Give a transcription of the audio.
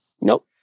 Nope